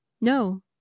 No